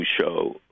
show